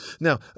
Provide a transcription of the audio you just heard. Now